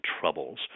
troubles